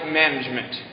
management